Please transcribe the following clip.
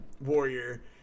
warrior